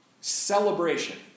Celebration